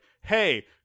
hey